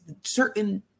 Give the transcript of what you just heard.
certain